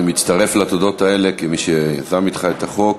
אני מצטרף לתודות האלה, כמי שיזם אתך את החוק.